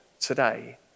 today